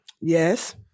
Yes